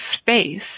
space